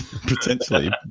Potentially